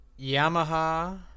Yamaha